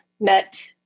met